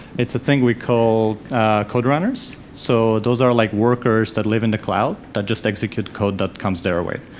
it's a thing we call coderunners, so those are like workers that live in the cloud, that just execute code that comes their way.